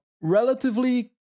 relatively